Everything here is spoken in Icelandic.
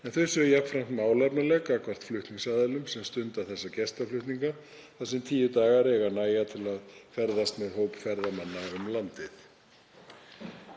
en þau séu jafnframt málefnaleg gagnvart flutningsaðilum sem stunda þessa gestaflutninga þar sem tíu dagar eiga að nægja til ferða með hóp ferðamanna um landið.